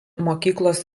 mokyklos